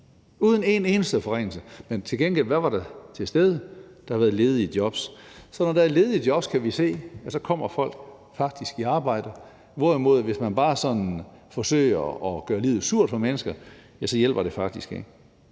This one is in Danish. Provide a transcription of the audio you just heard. uden en eneste forringelse. Men hvad var der så til stede? Det var de ledige jobs. Der var ledige jobs, og så kan vi se, at folk faktisk kommer i arbejde, hvorimod at hvis man bare sådan forsøger at gøre livet surt for mennesker, ja, så hjælper det faktisk ikke.